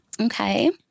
Okay